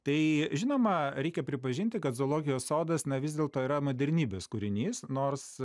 tai žinoma reikia pripažinti kad zoologijos sodas na vis dėlto yra modernybės kūrinys nors